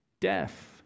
death